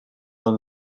dan